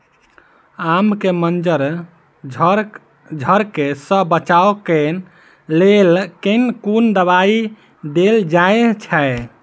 आम केँ मंजर झरके सऽ बचाब केँ लेल केँ कुन दवाई देल जाएँ छैय?